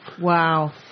Wow